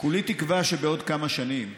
כולי תקווה שבעוד כמה שנים,